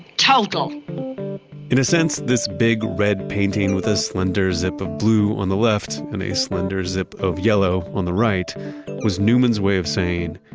total in a sense, this big red painting with a slender zip of blue on the left and a slender zip of yellow on the right was newman's way of saying,